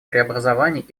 преобразований